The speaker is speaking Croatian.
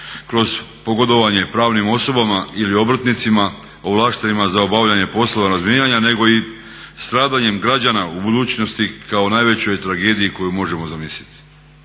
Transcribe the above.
kroz pogodovanje pravnim osobama ili obrtnicima ovlaštenima za obavljanje poslova razminiranja nego i stradanjem građana u budućnosti kao najvećoj tragediji koju možemo zamisliti.